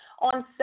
on